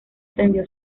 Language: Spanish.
atendió